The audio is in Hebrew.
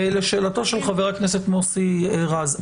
לשאלתו של חבר הכנסת מוסי רז,